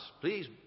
Please